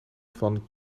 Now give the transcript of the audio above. van